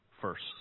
first